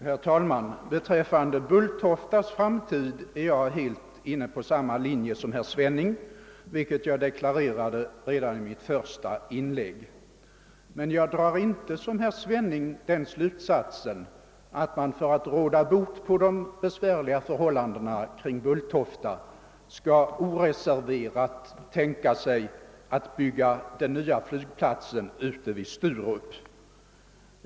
Herr talman! Beträffande Bulltoftas framtid är jag inne på samma linje som herr Svenning, vilket jag deklarerade redan i mitt första inlägg. Men jag drar inte som herr Svenning slutsatsen att man för att råda bot på de besvärliga förhållandena kring Bulltofta måste oreserverat acceptera förslaget att bygga den nya flygplatsen ute i Sturup.